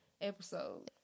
episode